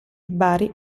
bari